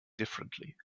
differently